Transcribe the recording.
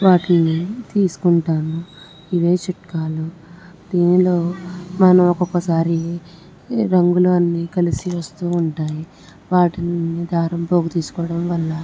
వాటిని తీసుకుంటాను ఇవే చిట్కాలు దీనిలో మనం ఒక్కొక్కసారి రంగులన్నీ కలిసి వస్తూ ఉంటాయి వాటిలో దారం పోగు తీసుకోవడం వల్ల